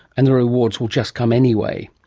and the rewards will just come anyway.